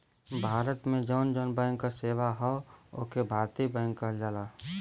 भारत में जौन जौन बैंक क सेवा हौ ओके भारतीय बैंक कहल जाला